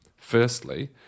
firstly